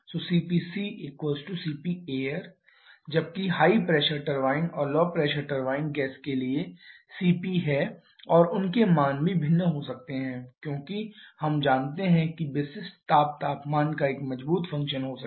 cpccpair जबकि high pressure turbine और low pressure turbine gas के लिए cp है और उनके मान भी भिन्न हो सकते हैं क्योंकि हम जानते हैं कि विशिष्ट ताप तापमान का एक मजबूत फंक्शन हो सकता है